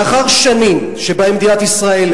לאחר שנים שבהן מדינת ישראל,